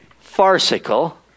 farcical